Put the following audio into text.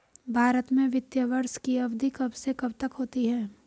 भारत में वित्तीय वर्ष की अवधि कब से कब तक होती है?